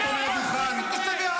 זה טבח.